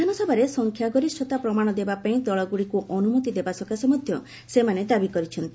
ବିଧାନସଭାରେ ସଂଖ୍ୟାଗରିଷତା ପ୍ରମାଶ ଦେବା ପାଇଁ ଦଳଗୁଡ଼ିକୁ ଅନୁମତି ଦେବା ସକାଶେ ମଧ୍ୟ ସେମାନେ ଦାବି କରିଛନ୍ତି